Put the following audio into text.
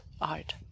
art